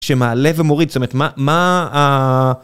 שמעלה ומוריד, זאת אומרת, מה ה..